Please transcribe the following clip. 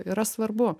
yra svarbu